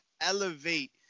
Elevate